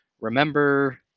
remember